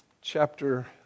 chapter